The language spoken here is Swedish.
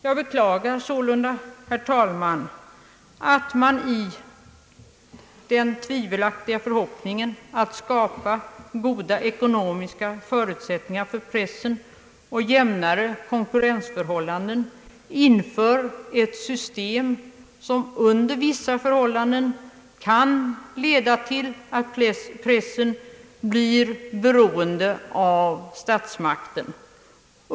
Jag beklagar sålunda, herr talman, att man i den tvivelaktiga förhoppningen att kunna skapa goda ekonomiska förutsätttningar för pressen och jämnare konkurrensförhållanden inför ett system, som under vissa förhållanden kan leda till att pressen blir beroende av statsmakten.